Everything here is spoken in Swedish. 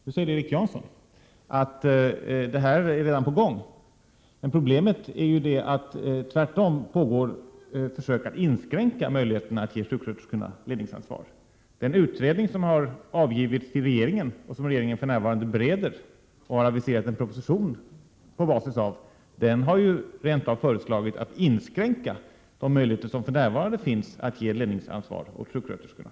Nu säger Erik Janson att det här redan är på gång. Men problemet är ju att det tvärtom pågår försök med att inskränka möjligheterna att ge sjuksköterskorna ledningsansvar. Den utredning som har avgivit ett betänkande, vilket regeringen för närvarande bereder och på basis av vilket regeringen har aviserat en proposition, har ju rent av föreslagit att man skall inskränka de möjligheter som för närvarande finns att ge ledningsansvar åt sjuksköterskorna.